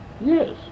Yes